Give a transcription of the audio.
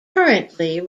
currently